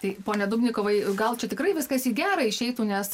tai pone dubnikovai gal čia tikrai viskas į gerai išeitų nes